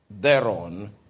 thereon